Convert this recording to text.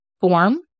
form